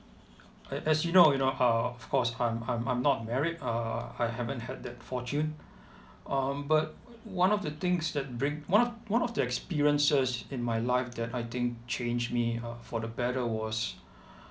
as as you know you know uh of course I'm I'm I'm not married err I haven't had that fortune um but one of the things that bring one of one of the experiences in my life that I think changed me uh for the better was